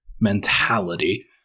mentality